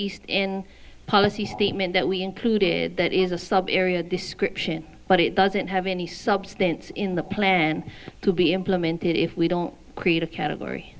east in policy statement that we included that is a sub area description but it doesn't have any substance in the plan to be implemented if we don't create a